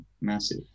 massive